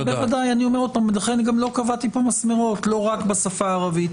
אני אומר עוד פעם ולכן גם לא קבעתי פה מסמרות: לא רק בשפה הערבית.